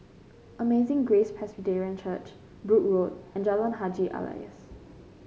Amazing Grace Presbyterian Church Brooke Road and Jalan Haji Alias